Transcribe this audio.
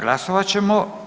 Glasovat ćemo.